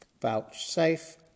Vouchsafe